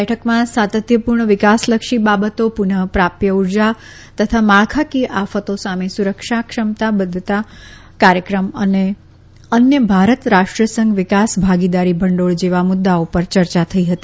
બેઠકમાં સાતત્યપુર્ણ વિકાસલક્ષી બાબતો પુનઃ પ્રાપ્ય ઉર્જા તથા માળખાકીય આફતો સામે સુરક્ષા ક્ષમતા બધ્ધતા કાર્યક્રમ અને અન્ય ભારત રાષ્ટ્રસંઘ વિકાસ ભાગીદારી ભંડોળ જેવા મુદૃઓ પર ચર્ચા થઈ હતી